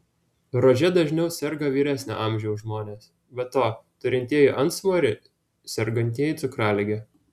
rože dažniau serga vyresnio amžiaus žmonės be to turintieji antsvorį sergantieji cukralige